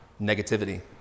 negativity